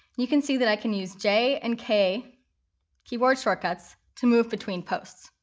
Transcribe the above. you can see that i can use j and k keyboard shortcuts to move between posts.